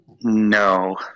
No